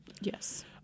Yes